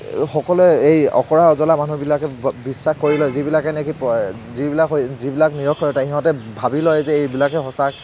সকলোৱে এই অঁকৰা অজলা মানুহবিলাকে বিশ্বাস কৰি লয় যিবিলাকে নেকি যিবিলাক হৈ যিবিলাক নিৰক্ষৰতা সিহঁতে ভাবি লয় যে এইবিলাকহে সঁচা